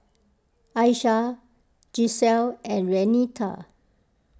Ayesha Gisselle and Renita